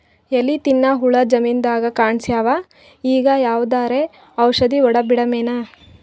ಎಲಿ ತಿನ್ನ ಹುಳ ಜಮೀನದಾಗ ಕಾಣಸ್ಯಾವ, ಈಗ ಯಾವದರೆ ಔಷಧಿ ಹೋಡದಬಿಡಮೇನ?